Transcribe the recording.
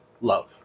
love